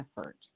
effort